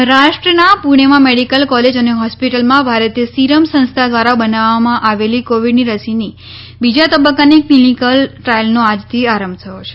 મહારાષ્ટ્રના પુણેમાં medical college અને હોસ્પિટલમાં ભારતીય સિરમ સંસ્થા દ્વારા બનાવવામાં આવેલી કોવિડની રસીની બીજા તબક્કાની ક્લિનીક્લ ટ્રાયલનો આજથી આરંભ થયો છે